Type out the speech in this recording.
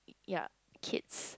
ya kids